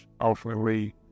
ultimately